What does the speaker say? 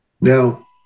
Now